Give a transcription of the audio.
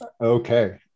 Okay